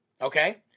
Okay